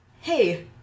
hey